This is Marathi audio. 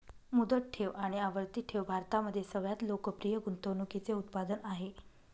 मुदत ठेव आणि आवर्ती ठेव भारतामध्ये सगळ्यात लोकप्रिय गुंतवणूकीचे उत्पादन आहे